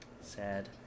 Sad